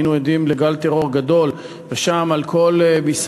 היינו עדים לגל טרור גדול,